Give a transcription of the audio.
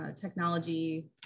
technology